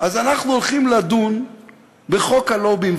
אז אנחנו הולכים לדון בחוק הלובים,